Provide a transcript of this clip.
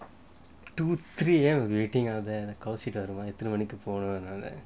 two three years of waiting are then considered நான் இத்தன மணிக்கு:naan ithana manikku phone நால:naala